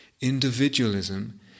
Individualism